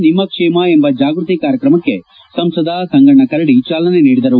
ನಿಮ್ನ ಕ್ಷೇಮ ಎಂಬ ಜಾಗೃತಿ ಕಾರ್ಯಕ್ರಮಕ್ಕೆ ಸಂಸದ ಸಂಗಣ್ಣ ಕರಡಿ ಚಾಲನೆ ನೀಡಿದರು